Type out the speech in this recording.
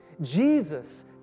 Jesus